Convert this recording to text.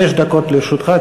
חמש דקות לרשותך,